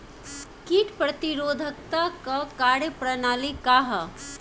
कीट प्रतिरोधकता क कार्य प्रणाली का ह?